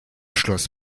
schloss